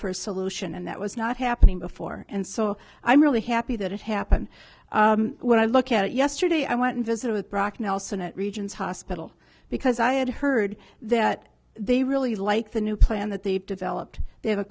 for a solution and that was not happening before and so i'm really happy that it happened when i look at yesterday i went and visited with brock nelson at regents hospital because i had heard that they really like the new plan that they've developed they have a